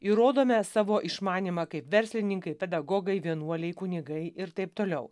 įrodome savo išmanymą kaip verslininkai pedagogai vienuoliai kunigai ir taip toliau